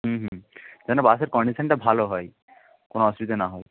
হুম হুম যেন বাসের কন্ডিশানটা ভালো হয় কোনো অসুবিধা না হয়